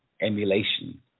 emulation